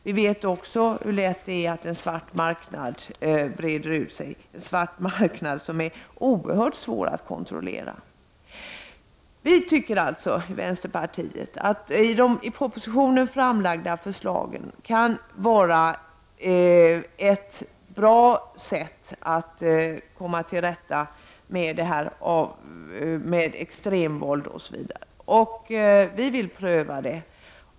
Vi vet också hur lätt det händer att en svart marknad breder ut sig och blir oerhört svår att kontrollera. Vi tycker alltså i vänsterpartiet att de i propositionen framlagda förslagen kan innebära ett bra sätt att komma till rätta med extremvåld osv., och vi vill pröva det.